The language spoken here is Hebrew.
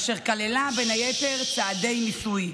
אשר כללה בין היתר צעדי מיסוי,